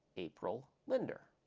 april linder.